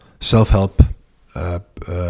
self-help